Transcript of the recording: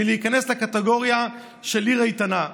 מלהיכנס לקטגוריה של עיר איתנה.